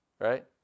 Right